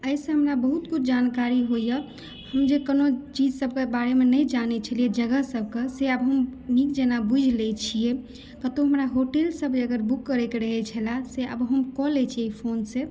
अहिसँ हमरा बहुत किछु जानकारी होइया हम जे कोनो चीज सभकेँ बारेमे नहि जानै छलियै जगह सभके से आब हम जेना बुझि लै छियै कतौ हमरा होटल सभ अगर बुक करैकेँ रहै छलए से आब हम कऽ लै छियै फोन से